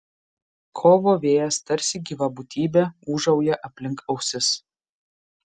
kovo vėjas tarsi gyva būtybė ūžauja aplink ausis